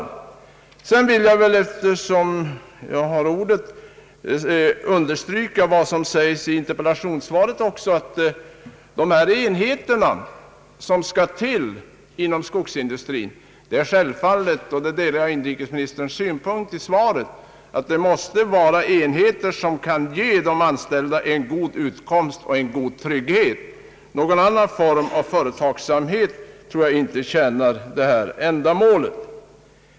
sysselsättningsläget i Ådalen Eftersom jag har ordet vill jag understryka vad som sägs i interpellationssvaret, nämligen att de enheter som skall till inom skogsindustrin — där delar jag inrikesministerns synpunkter i svaret — självfallet måste vara enheter som kan ge de anställda en god utkomst och en god trygghet. Någon annan form av företagsamhet tror jag inte tjänar detta ändamål.